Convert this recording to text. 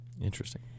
Interesting